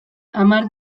hamar